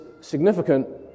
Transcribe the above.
significant